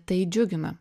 tai džiugina